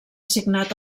signat